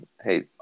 Hey